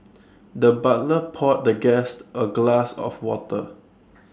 the butler poured the guest A glass of water